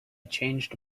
changed